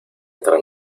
otra